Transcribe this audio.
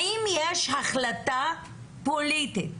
האם יש החלטה פוליטית